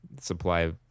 Supply